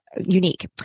unique